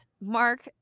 Mark